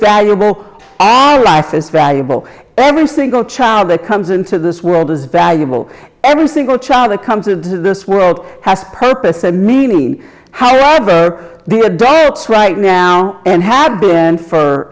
valuable life is valuable every single child that comes into this world is valuable every single child that comes into this world has purpose and meaning how old do adults right now and have been for